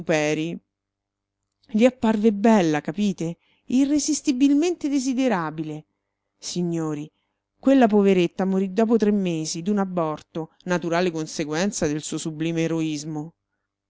gli apparve bella capite irresistibilmente desiderabile signori quella poveretta morì dopo tre mesi d'un aborto naturale conseguenza del suo sublime eroismo